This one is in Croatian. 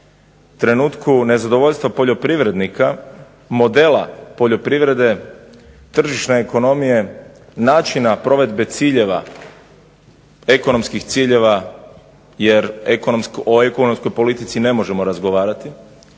trenutku nezadovoljstva poljoprivrednika, modela poljoprivrede, tržišne ekonomije, načina provedbe ciljeva, ekonomskih ciljeva jer o ekonomskoj politici ne možemo razgovarati